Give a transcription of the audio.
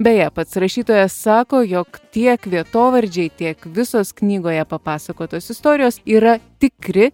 beje pats rašytojas sako jog tiek vietovardžiai tiek visos knygoje papasakotos istorijos yra tikri